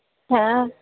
ହଁ